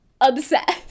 obsessed